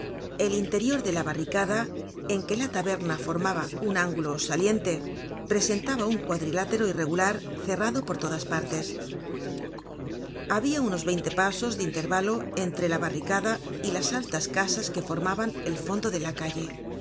el interior de la barricada en que la taberna formaba un ángulo saliente presentaba un cuadrilátero irregular cerrado por todas partes habia unos veinte pasos de intervalo entre la barricada y las altas casas que formaban el fondo de la calle